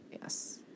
Yes